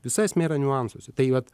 visa esmė yra niuansuose tai vat